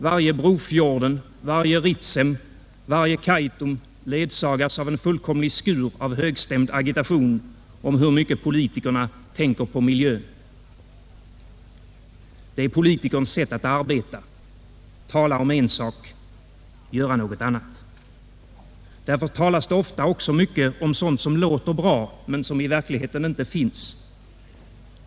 Varje Brofjorden, varje Ritsem, varje Kaitum ledsagas av en fullkomlig skur av högstämd agitation om hur mycket politikerna tänker på miljön. Det är politikerns sätt att arbeta — tala om en sak, göra något annat. Därför talas det ofta mycket om sådant som låter bra men som i verkligheten inte finns.